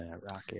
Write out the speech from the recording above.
Rocky